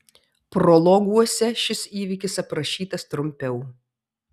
prologuose šis įvykis aprašytas trumpiau